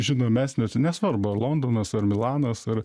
žinomesnio nesvarbu ar londonas ar milanas ar